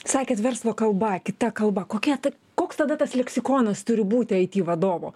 sakėt verslo kalba kita kalba kokia ta koks tada tas leksikonas turi būti aiti vadovo